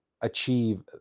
achieve